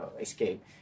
Escape